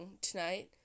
tonight